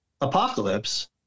apocalypse